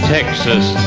Texas